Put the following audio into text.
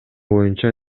боюнча